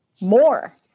more